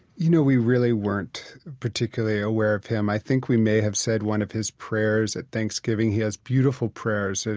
you know, we really weren't particularly aware of him. i think we may have said one of his prayers at thanksgiving. he has beautiful prayers.